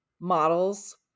models